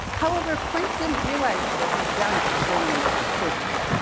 however, planck didn't realize what he'd done to the whole nature of physics.